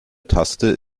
taste